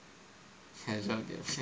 casual game play